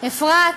אפרת,